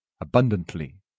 abundantly